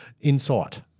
insight